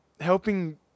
helping